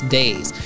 days